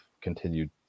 continued